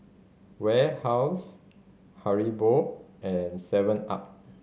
Warehouse Haribo and seven up